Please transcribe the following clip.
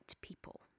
people